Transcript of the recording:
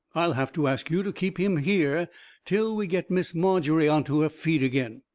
i'll have to ask you to keep him here till we get miss margery onto her feet again,